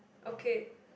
ok